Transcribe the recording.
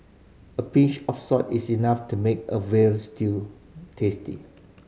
a pinch of salt is enough to make a veal stew tasty